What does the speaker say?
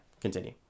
Continue